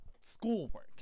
schoolwork